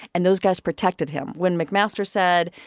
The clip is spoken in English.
and those guys protected him. when mcmaster said,